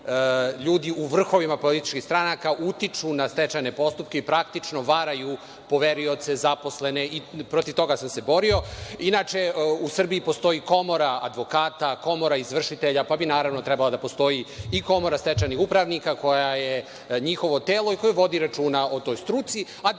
u vrhovima političkih stranaka, utiču na stečajne postupke i praktično varaju poverioce, zaposlene i protiv toga sam se borio. Inače, u Srbiji postoji Komora advokata, Komora izvršitelja, pa bi naravno trebala da postoji i Komora stečajnih upravnika, koja je njihovo telo i koja vodi računa o toj struci, a